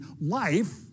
life